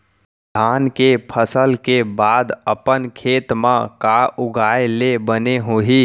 धान के फसल के बाद अपन खेत मा का उगाए ले बने होही?